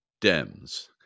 Dems